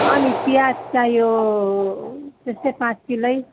अनि प्याज चाहियो त्यस्तै पाँच किलै